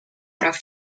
прав